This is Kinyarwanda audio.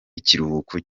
ikiruhuko